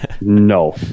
No